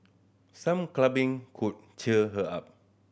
some could cheer her up